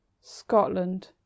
Scotland